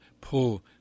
pull